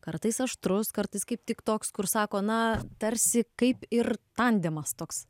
kartais aštrus kartais kaip tik toks kur sako na tarsi kaip ir tandemas toks